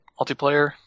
multiplayer